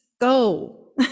Go